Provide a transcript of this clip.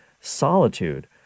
solitude